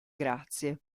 grazie